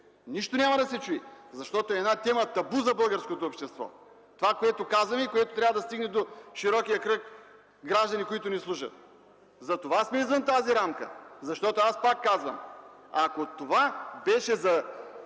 Нищо няма да се чуе, защото това е една тема-табу за българското общество – това, което казваме и което трябва да стигне до широкия кръг граждани, които ни слушат. Затова сме извън тази рамка. Аз пак казвам, че ако това беше по